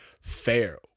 fair